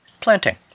Planting